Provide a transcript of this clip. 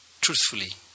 truthfully